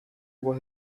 was